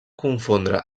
confondre